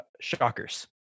Shockers